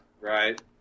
right